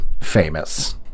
famous